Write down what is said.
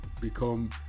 become